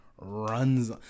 runs